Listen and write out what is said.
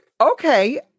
Okay